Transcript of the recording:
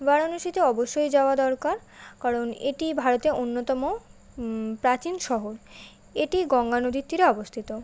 বারাণসীতে অবশ্যই যাওয়া দরকার কারণ এটি ভারতের অন্যতম প্রাচীন শহর এটি গঙ্গা নদীর তীরে অবস্থিত